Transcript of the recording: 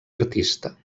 artista